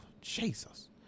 Jesus